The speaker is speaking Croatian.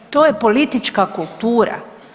To je politička kultura.